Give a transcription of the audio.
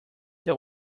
that